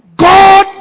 God